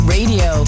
Radio